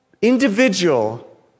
individual